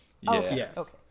yes